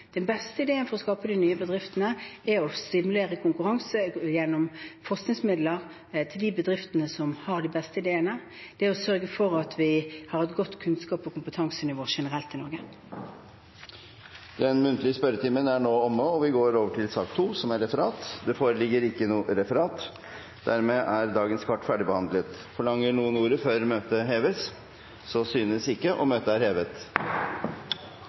Den beste ideen for å skape de nye bedriftene er å stimulere til konkurranse gjennom forskningsmidler til de bedriftene som har de beste ideene, og å sørge for at vi har et godt kunnskaps- og kompetansenivå generelt i Norge. Den muntlige spørretimen er dermed omme. Det foreligger ikke noe referat. Dermed er dagens kart ferdigbehandlet. Forlanger noen ordet før møtet heves? – Møtet er hevet.